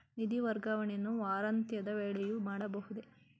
ನಿಧಿ ವರ್ಗಾವಣೆಯನ್ನು ವಾರಾಂತ್ಯದ ವೇಳೆಯೂ ಮಾಡಬಹುದೇ?